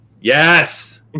Yes